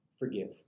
Forgive